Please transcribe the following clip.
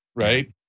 right